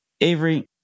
Avery